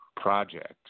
project